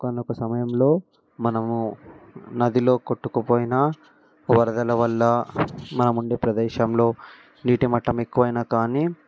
ఒకానొక సమయంలో మనము నదిలో కొట్టుకుపోయినా వరదల వల్ల మనము ఉండే ప్రదేశంలో నీటిమట్టం ఎక్కువైనా కానీ